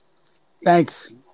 Thanks